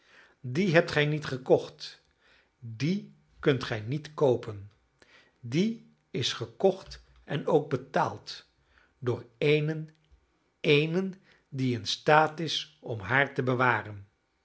die hebt gij niet gekocht die kunt gij niet koopen die is gekocht en ook betaald door eenen eenen die in staat is om haar te bewaren